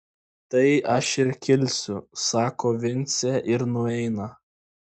tai aš ir kilsiu sako vincė ir nueina